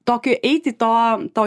tokiu eiti to to